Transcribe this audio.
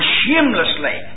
shamelessly